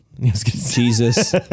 Jesus